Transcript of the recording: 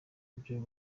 ibyo